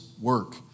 work